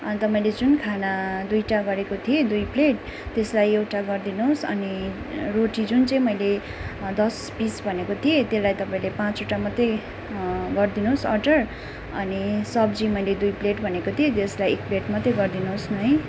अन्त मैले जुन खाना दुइटा गरेको थिएँ दुई प्लेट त्यसलाई एउटा गरिदिनुहोस् अनि रोटी जुन चाहिँ मैले दस पिस भनेको थिएँ त्यसलाई तपाईँले पाँचवटा मात्रै गरिदिनुहोस् अर्डर अनि सब्जी मैले दुई प्लेट भनेको थिएँ त्यसलाई एक प्लेट मात्रै गरिदिनुहोस् न है